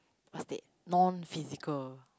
what's it non physical